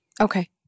Okay